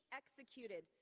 executed